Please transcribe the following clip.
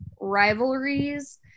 rivalries